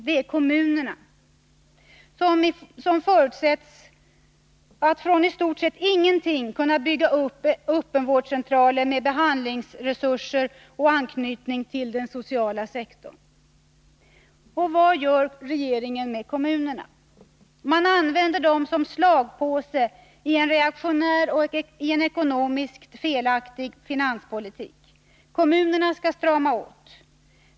Det är kommunerna, som förutsätts att från i stort sett ingenting kunna bygga upp öppenvårdscentraler med behandlingsresurser och anknytning till den sociala sektorn. Och vad gör regeringen med kommunerna? Man använder dem som slagpåse i en reaktionär och ekonomiskt felaktig finanspolitik. Kommunerna skall strama åt.